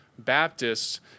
Baptists